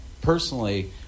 personally